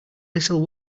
little